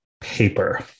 paper